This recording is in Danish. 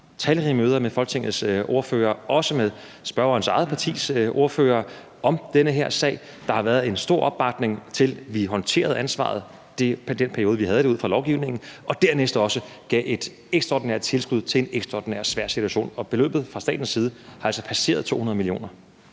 talrige møder med Folketingets ordførere, også med spørgerens eget partis ordfører, om den her sag. Der har været en stor opbakning til, at vi håndterede ansvaret i den periode, vi ud fra lovgivningen havde det, og dernæst gav vi også et ekstraordinært tilskud til en ekstraordinær svær situation. Og beløbet fra statens side har altså passeret 200 mio.